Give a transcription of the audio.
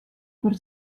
per